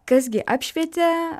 kas gi apšvietė